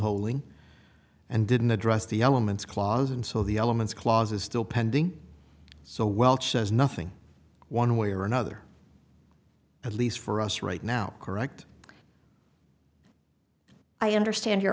holing and didn't address the elements clause and so the elements clause is still pending so welch says nothing one way or another at least for us right now correct i understand your